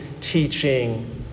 teaching